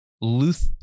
Luth